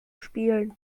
spielen